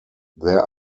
there